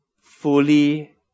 fully